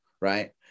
Right